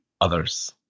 others